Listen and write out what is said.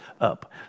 up